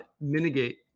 mitigate